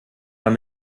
man